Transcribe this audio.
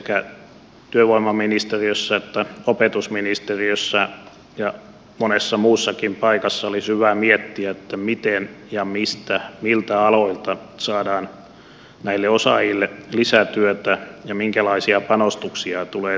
sekä työvoimaministeriössä että opetusministeriössä ja monessa muussakin paikassa olisi hyvä miettiä miten ja mistä miltä aloilta saadaan näille osaajille lisätyötä ja minkälaisia panostuksia tulee tehdä